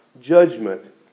judgment